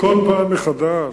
פעם מחדש,